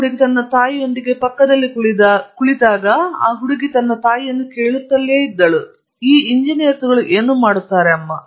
ಚಿಕ್ಕ ಹುಡುಗಿ ತನ್ನ ತಾಯಿಯೊಂದಿಗೆ ಪಕ್ಕದಲ್ಲಿ ಕುಳಿತಾಗ ಈ ಹುಡುಗಿ ತನ್ನ ತಾಯಿಯನ್ನು ಕೇಳುತ್ತಲೇ ಇದ್ದಾಗ ಎಂಜಿನಿಯರ್ಗಳು ಏನು ಮಾಡುತ್ತಿದ್ದಾರೆ